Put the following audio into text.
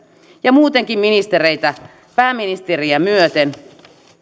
ja muutenkin ministereitä pääministeriä myöten